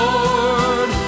Lord